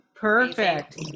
Perfect